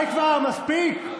די כבר, מספיק.